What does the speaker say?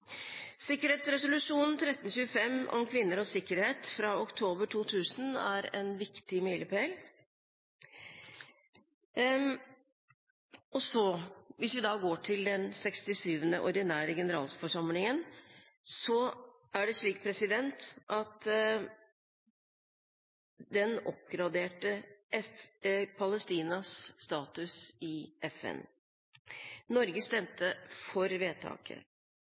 Sikkerhetsresolusjon 1325 om kvinner og sikkerhet fra oktober 2000 er en viktig milepæl. Hvis vi nå tar for oss den 67. ordinære generalforsamlingen, oppgraderte den Palestinas status i FN. Norge stemte for vedtaket. Jeg vil også understreke at Norge fikk godt gjennomslag også for